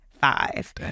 five